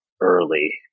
early